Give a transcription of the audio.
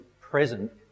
present